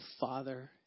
Father